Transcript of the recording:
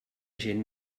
gent